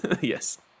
Yes